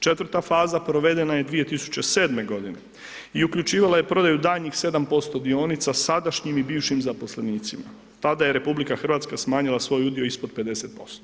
Četvrta faza provedena je 2007.g. i uključivala je prodaju daljnjih 7% dionica sadašnjim i bivšim zaposlenicima, tada je RH smanjila svoj udio ispod 50%